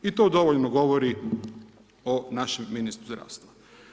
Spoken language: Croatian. I to dovoljno govori o našem ministru zdravstva.